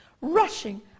rushing